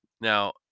Now